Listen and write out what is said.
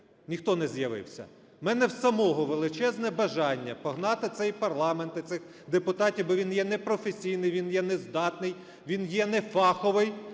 Ніхто не з'явився. У мене в самого величезне бажання погнати цей парламент і цих депутатів, бо він є непрофесійний, він є нездатний, він є нефаховий,